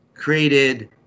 Created